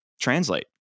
translate